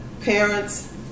parents